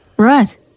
Right